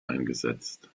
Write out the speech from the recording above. eingesetzt